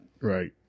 Right